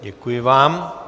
Děkuji vám.